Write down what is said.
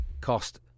cost